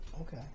Okay